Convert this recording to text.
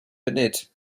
funud